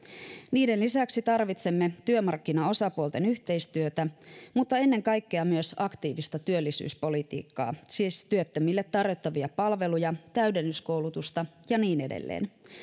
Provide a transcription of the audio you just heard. niiden lisäksi tarvitsemme työmarkkinaosapuolten yhteistyötä mutta ennen kaikkea myös aktiivista työllisyyspolitiikkaa siis työttömille tarjottavia palveluja täydennyskoulutusta ja niin edelleen